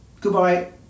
goodbye